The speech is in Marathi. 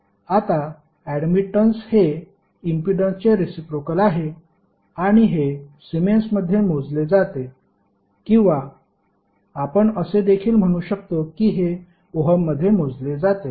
आता ऍडमिटन्स हे इम्पीडन्सचे रेसिप्रोकेल आहे आणि हे सीमेंसमध्ये मोजले जाते किंवा आपण असे देखील म्हणू शकतो की हे ओहममध्ये मोजले जाते